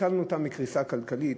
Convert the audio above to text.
הצלנו אותם מקריסה כלכלית,